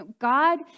God